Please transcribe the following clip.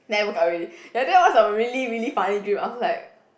then I woke up already ya that was a really really funny dream I was like